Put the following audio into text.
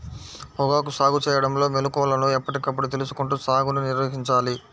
పొగాకు సాగు చేయడంలో మెళుకువలను ఎప్పటికప్పుడు తెలుసుకుంటూ సాగుని నిర్వహించాలి